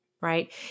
right